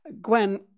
Gwen